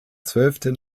zwölften